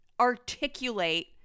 articulate